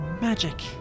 Magic